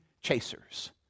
chasers